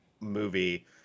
movie